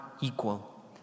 equal